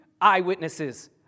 eyewitnesses